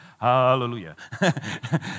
Hallelujah